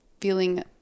feeling